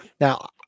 Now